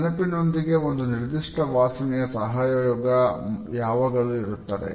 ನೆನಪಿನೊಂದಿಗೆ ಒಂದು ನಿರ್ದಿಷ್ಟ ವಾಸನೆಯ ಸಹಯೋಗ ಯಾವಾಗಲೂ ಇರುತ್ತದೆ